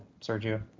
Sergio